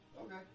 Okay